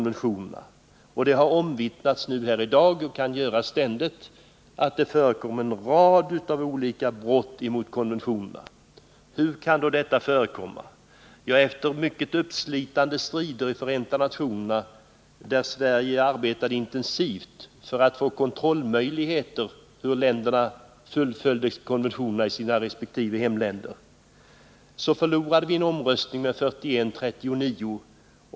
Det har här i dag omvittnats, och det kan ständigt göras, att det förekommer en rad olika brott mot konventionerna. Hur kan då detta förekomma? Efter mycket uppslitande strider i Förenta nationerna, varvid Sverige arbetade intensivt för att få möjligheter att kontrollera hur länderna fullföljde konventionerna i sina resp. hemländer, förlorade de som krävde detta omröstningen med 41 röster mot 39.